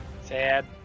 Sad